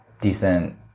decent